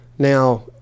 Now